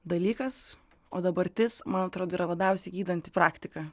dalykas o dabartis man atrodo yra labiausiai gydanti praktika